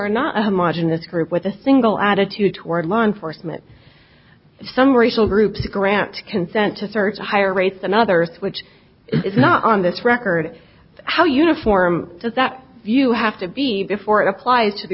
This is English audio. are not much in this group with a single attitude toward law enforcement some racial groups a grant to consent to search higher rates than other things which is not on this record how uniform is that you have to be before it applies to the